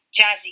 Jazzy